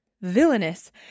Villainous